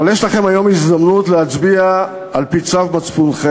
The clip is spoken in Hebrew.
אבל יש לכם היום הזדמנות להצביע על-פי צו מצפונכם,